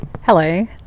hello